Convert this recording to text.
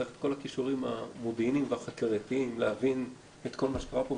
צריך את כל הכישורים המודיעיניים והחקירתיים להבין את כל מה שקורה פה.